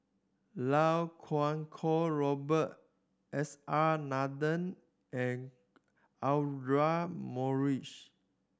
Iau Kuo Kwong Robert S R Nathan and Audra Morrice